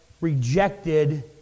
rejected